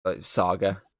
saga